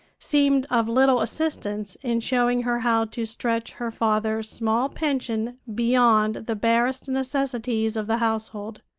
seemed of little assistance in showing her how to stretch her father's small pension beyond the barest necessities of the household.